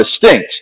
distinct